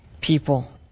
people